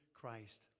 Christ